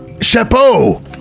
Chapeau